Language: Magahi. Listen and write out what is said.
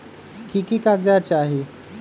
की की कागज़ात चाही?